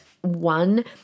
one